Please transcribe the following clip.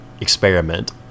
experiment